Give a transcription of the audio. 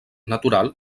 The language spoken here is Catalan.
natural